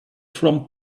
from